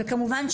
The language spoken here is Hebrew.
וכמובן,